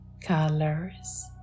colors